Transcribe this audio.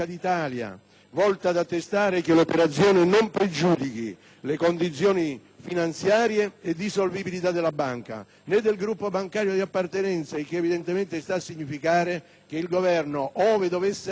volta ad attestare che l'operazione non pregiudichi le condizioni finanziarie e di solvibilità della banca, né del gruppo bancario di appartenenza. Ciò evidentemente sta a significare che il Governo, ove dovesse entrare